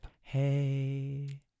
Hey